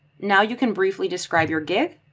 now you can briefly describe your gift.